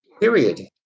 Period